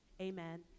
amen